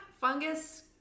Fungus